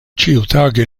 ĉiutage